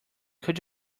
could